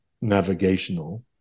navigational